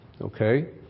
Okay